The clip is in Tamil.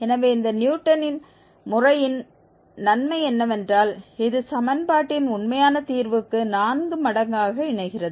எனவே இந்த நியூட்டனின் முறையின் நன்மை என்னவென்றால் இது சமன்பாட்டின் உண்மையான தீர்வுக்கு நான்கு மடங்காக இணைகிறது